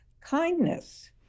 kindness